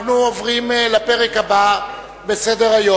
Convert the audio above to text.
אנחנו עוברים לפרק הבא בסדר-היום.